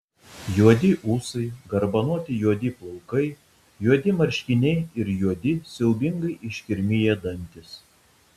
juodi ūsai garbanoti juodi plaukai juodi marškiniai ir juodi siaubingai iškirmiję dantys